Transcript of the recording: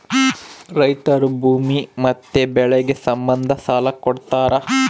ರೈತರು ಭೂಮಿ ಮತ್ತೆ ಬೆಳೆಗೆ ಸಂಬಂಧ ಸಾಲ ಕೊಡ್ತಾರ